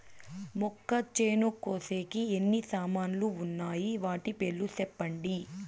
మొక్కచేను కోసేకి ఎన్ని సామాన్లు వున్నాయి? వాటి పేర్లు సెప్పండి?